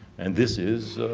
and this is,